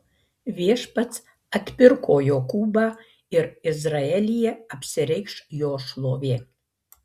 viešpats atpirko jokūbą ir izraelyje apsireikš jo šlovė